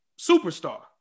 Superstar